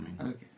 Okay